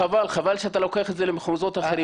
חבל שאתה לוקח את זה למחוזות אחרים.